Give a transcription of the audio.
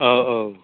औ औ